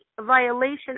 violation